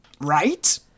Right